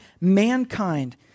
mankind